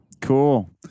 Cool